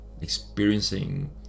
experiencing